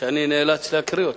שאני נאלץ להקריא אותה.